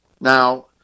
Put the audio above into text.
Now